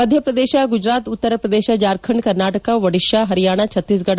Madhya Pradesh Gujarat Uttar Pradesh Jharkhand Karnataka Odisha Haryana Chhattisgarh